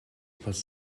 was